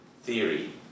theory